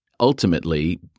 ultimately